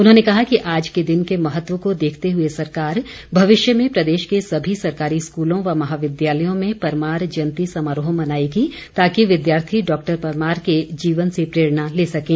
उन्होंने कहा कि आज के दिन के महत्व को देखते हुए सरकार भविष्य में प्रदेश के सभी सरकारी स्कूलों व महाविद्यालयों में परमार जयंती समारोह मनाएगी ताकि विद्यार्थी डॉक्टर परमार के जीवन से प्रेरणा ले सकें